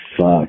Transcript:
fuck